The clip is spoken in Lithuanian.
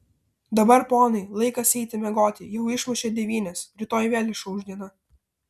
dabar ponai laikas eiti miegoti jau išmušė devynias rytoj vėl išauš diena